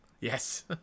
yes